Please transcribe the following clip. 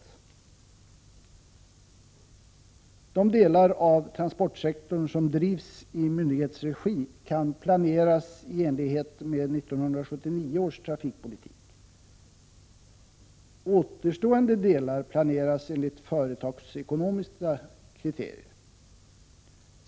De delar av transportsektorn som drivs i myndighetsregi kan planeras i enlighet med 1979 års trafikpolitik. Återstående delar planeras enligt företagsekonomiska kriterier.